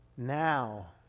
Now